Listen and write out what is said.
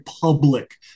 public